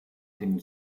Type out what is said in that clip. denn